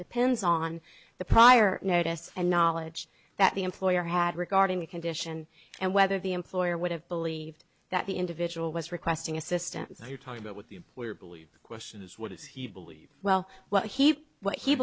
depends on the prior notice and knowledge that the employer had regarding the condition and whether the employer would have believed that the individual was requesting assistance are you talking about what the we are believe question is what is he believed well what he what he